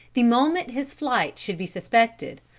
the moment his flight should be suspected,